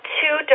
two